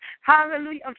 hallelujah